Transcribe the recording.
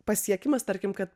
pasiekimas tarkim kad